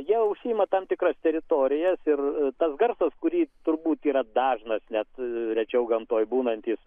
jie užsiima tam tikras teritorijas ir tas garsas kurį turbūt yra dažnas net rečiau gamtoj būnantis